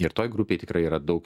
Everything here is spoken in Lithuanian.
ir toj grupėj tikrai yra daug